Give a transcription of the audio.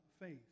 faith